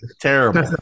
terrible